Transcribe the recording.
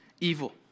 evil